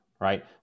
right